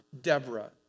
Deborah